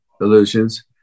illusions